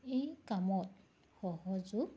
এই কামত সহযোগ